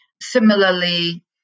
Similarly